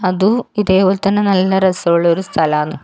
അതും ഇതേ പോലെ തന്നെ നല്ല രസമുള്ളൊരു സ്ഥലമാണ്